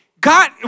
God